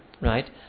right